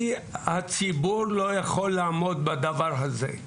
הציבור לא יכול לעמוד בדבר הזה.